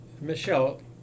Michelle